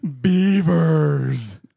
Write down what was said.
Beavers